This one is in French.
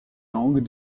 langues